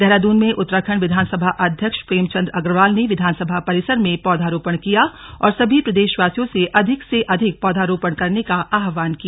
देहरादून में उत्तराखंड विधानसभा अध्यक्ष प्रेम चंद अग्रवाल ने विधानसभा परिसर में पौधारोपण किया और सभी प्रदेशवासियों से अधिक से अधिक पौधारोपण करने का आह्वान किया